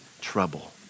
trouble